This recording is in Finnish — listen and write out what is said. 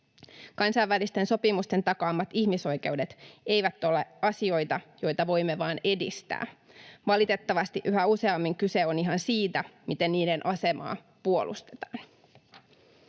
Kansainvälisten sopimusten takaamat ihmisoikeudet eivät ole asioita, joita voimme vain edistää. Valitettavasti yhä useammin kyse on ihan siitä, miten niiden asemaa puolustetaan.